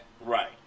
Right